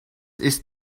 ist